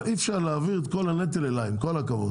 אבל אי אפשר להעביר את כל הנטל אליי, עם כל הכבוד.